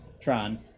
Tron